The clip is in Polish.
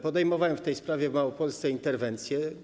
Podejmowałem w tej sprawie w Małopolsce interwencje.